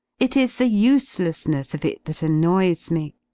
it is the uselessness of it that annoys me.